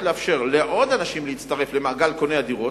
לאפשר לעוד אנשים להצטרף למעגל קוני הדירות,